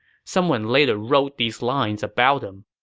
someone later wrote these lines about him